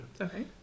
Okay